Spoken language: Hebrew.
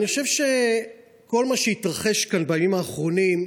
אני חושב שכל מה שהתרחש כאן בימים האחרונים,